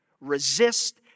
Resist